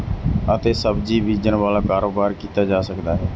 ਅਤੇ ਸਬਜ਼ੀ ਬੀਜਣ ਵਾਲਾ ਕਾਰੋਬਾਰ ਕੀਤਾ ਜਾ ਸਕਦਾ ਹੈ